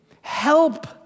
Help